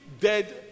dead